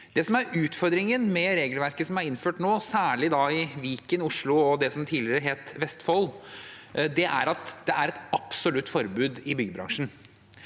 utfordringen med regelverket som er innført nå, særlig i Viken, Oslo og det som tidligere het Vestfold, er at det er et absolutt forbud i byggebransjen.